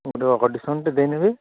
ମୋର ଅଡିସନଟେ ଦେଇଦେବି